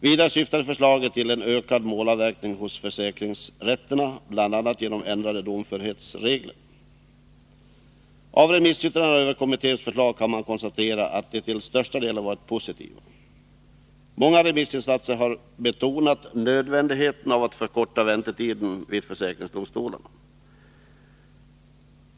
Vidare syftar försla gen till en ökad målavverkning hos försäkringsrätterna, bl.a. genom ändrade domförhetsregler. Av remissyttrandena över kommitténs förslag kan man konstatera att remissinstanserna till största delen har varit positiva. Många remissinstanser har betonat nödvändigheten av att förkorta väntetiderna vid försäkringsdomstolarna.